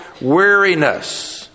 weariness